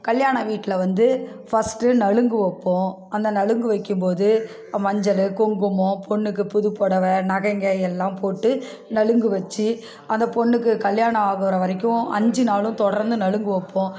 கல்யாண வீட்டில வந்து ஃபர்ஸ்ட் நலுங்கு வைப்போம் அந்த நலுங்கு வைக்கும்போது ஆ மஞ்சள் குங்குமம் பொண்ணுக்கு புது புடவ நகைங்க எல்லாம் போட்டு நலுங்கு வச்சி அந்த பொண்ணுக்கு கல்யாணம் ஆகுற வரைக்கும் அஞ்சு நாளும் தொடர்ந்து நலுங்கு வைப்போம்